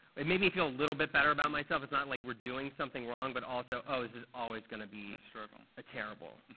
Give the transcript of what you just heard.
it made me feel a little bit better about myself. it's not like we're doing something wrong. but also, oh, this is always going to be a struggle. ah terrible,